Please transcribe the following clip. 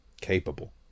capable